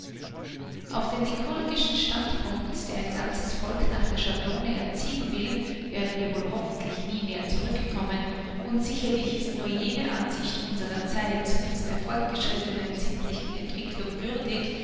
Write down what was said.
auf den lykurgischen standpunkt der ein ganzes volk nach der schablone erziehen will werden wir wohl hoffentlich nie mehr zurückkommen und sicherlich ist nur jene ansicht unserer zeit und der fortgeschrittenen sittlichen entwicklung würdig